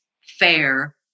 fair